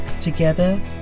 Together